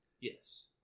Yes